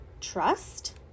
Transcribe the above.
trust